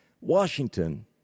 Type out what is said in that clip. Washington